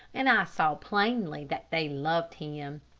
and i saw plainly that they loved him.